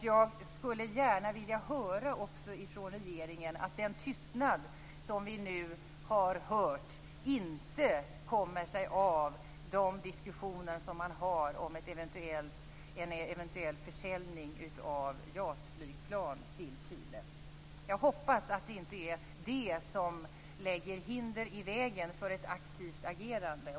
Jag skulle också gärna höra från regeringen att den tystnad vi nu har hört inte kommer sig av de diskussioner man för om en eventuell försäljning av JAS-flygplan till Chile. Jag hoppas att det inte är detta som lägger hinder i vägen för ett aktivt agerande.